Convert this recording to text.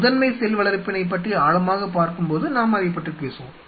முதன்மை செல் வளர்ப்பினைப் பற்றி ஆழமாகப் பார்க்கும்போது நாம் அதைப் பற்றி பேசுவோம்